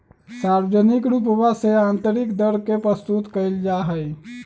सार्वजनिक रूपवा से आन्तरिक दर के प्रस्तुत कइल जाहई